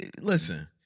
Listen